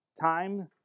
Time